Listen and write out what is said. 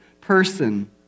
person